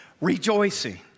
rejoicing